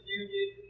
union